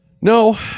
no